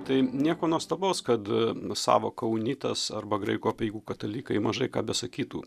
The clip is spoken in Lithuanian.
tai nieko nuostabaus kad sąvoka unitas arba graikų apeigų katalikai mažai ką besakytų